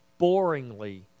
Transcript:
boringly